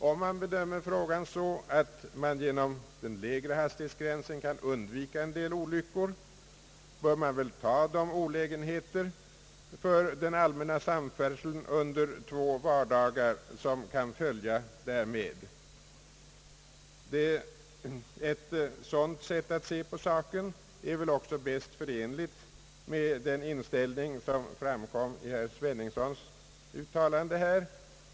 Om man bedömer frågan så att man genom den lägre hastighetsgränsen kan undvika en del olyckor, bör man väl ta de olägenheter för den allmänna samfärdseln under två vardagar som kan följa därmed. Ett sådant sätt att se på saken är väl också bäst förenligt med den inställning som framkom i herr Sveningssons uttalande.